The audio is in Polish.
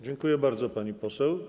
Dziękuję bardzo, pani poseł.